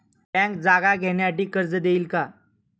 Bank जागा घेण्यासाठी कर्ज देईल का?